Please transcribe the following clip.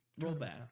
rollback